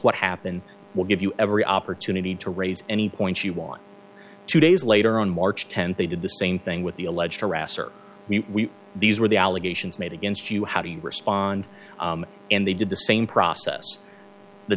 what happened we'll give you every opportunity to raise any points you want two days later on march tenth they did the same thing with the alleged harasser we these were the allegations made against you how do you respond and they did the same process the